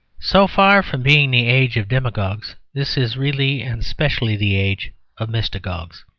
so far from being the age of demagogues, this is really and specially the age of mystagogues.